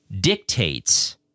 dictates